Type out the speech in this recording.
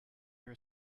your